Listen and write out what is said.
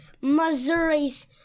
Missouri's